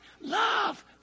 love